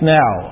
now